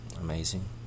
amazing